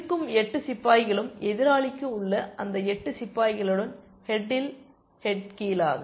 இருக்கும் 8 சிப்பாய்களும் எதிராளிக்கு உள்ளன இந்த 8 சிப்பாய்களுடன் ஹெட்டில் ஹெட்கீழாக